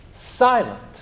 Silent